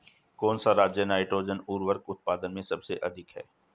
कौन सा राज नाइट्रोजन उर्वरक उत्पादन में सबसे अधिक है?